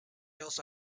also